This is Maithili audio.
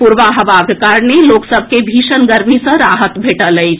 पूरबा हवाक कारणे लोक सभ के भीषण गर्मी सँ राहत भेटल अछि